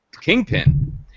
Kingpin